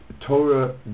Torah